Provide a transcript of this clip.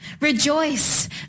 Rejoice